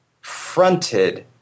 fronted